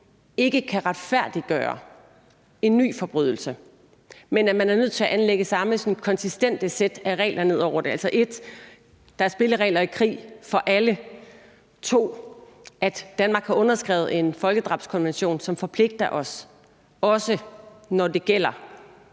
ikke kan retfærdiggøre en ny forbrydelse, men at man er nødt til at lægge samme sådan konsistente sæt af regler ned over det? 1) der er spilleregler i krig for alle. 2) Danmark har underskrevet en folkedrabskonvention, som forpligter os, også når det gælder